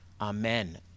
Amen